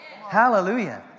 Hallelujah